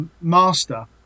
Master